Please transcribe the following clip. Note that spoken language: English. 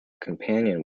companion